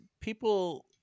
people